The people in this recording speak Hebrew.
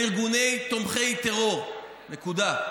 נקודה.